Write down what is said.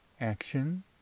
action